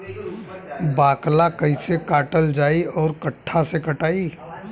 बाकला कईसे काटल जाई औरो कट्ठा से कटाई?